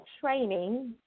training